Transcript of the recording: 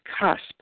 cusp